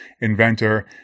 inventor